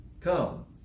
come